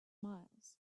miles